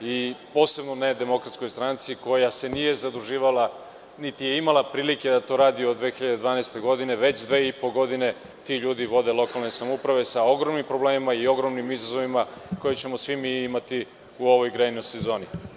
i posebno ne DS koja se nije zaduživala, niti je imala prilike da to radi od 2012. godine, već dve i po godine ti ljudi vode lokalne samouprave sa ogromnim problemima i ogromnim izazovima koje ćemo svi imati u ovoj grejnoj sezoni.